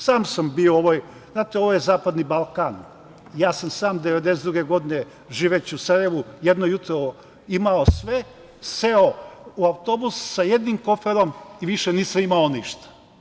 Sam sam bio u ovoj, znate ovo zapadni Balkan, ja sam sam 1992. godine živeći u Sarajevu, jedno jutro imao sve, seo u autobus sa jednim koferom i više nisam imao ništa.